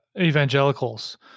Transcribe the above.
evangelicals